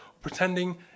pretending